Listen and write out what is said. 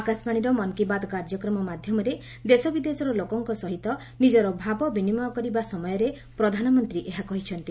ଆକାଶବାଣୀର ମନ୍ କୀ ବାତ୍ କାର୍ଯ୍ୟକ୍ରମ ମାଧ୍ୟମରେ ଦେଶ ବିଦେଶର ଲୋକଙ୍କ ସହିତ ନିଜ ଭାବ ବିନିମୟ କରିବା ସମୟରେ ପ୍ରଧାନମନ୍ତ୍ରୀ ଏହା କହିଛନ୍ତି